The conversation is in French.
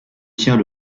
tient